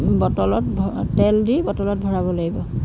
বটলত ভ তেল দি বটলত ভৰাব লাগিব